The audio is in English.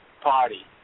party